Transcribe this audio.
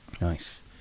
Nice